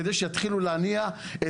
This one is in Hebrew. כדי שיתחילו להניע,